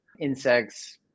insects